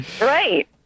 right